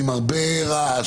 הרבה רעש,